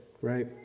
right